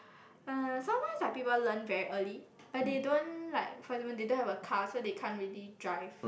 uh sometimes like people learn very early but they don't like for example they don't have a car so they can't really drive